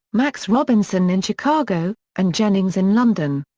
max robinson in chicago, and jennings in london.